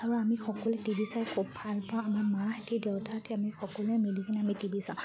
আৰু আমি সকলোৱে টি ভি চাই খুব ভাল পাওঁ আমাৰ মাহঁতে দেউতাহঁতে আমি সকলোৱে মিলি কিনে আমি টি ভি চাওঁ